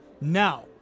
Now